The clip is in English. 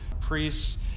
priests